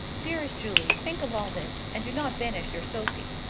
dearest julie, think of all this, and do not banish your sophie.